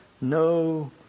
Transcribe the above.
no